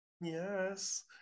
Yes